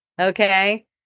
okay